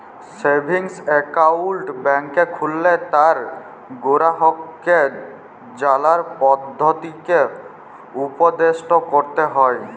savings account ব্যাংকে খুললে তার গেরাহককে জালার পদধতিকে উপদেসট ক্যরতে হ্যয়